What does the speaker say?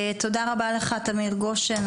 תודה רבה לך תמיר גושן.